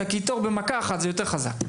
את כל הקיטור במכה אחת, זה יותר חזק.